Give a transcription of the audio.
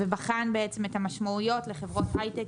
ובחן את המשמעויות עבור חברות ההייטק,